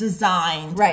Right